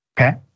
Okay